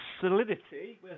solidity